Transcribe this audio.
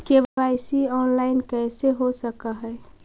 KYC online कैसे हो सक है?